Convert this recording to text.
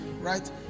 Right